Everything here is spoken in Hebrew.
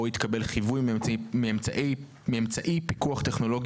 או התקבל חיווי מאמצעי פיקוח טכנולוגי